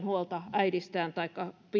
huolta äidistään taikka